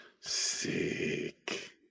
Sick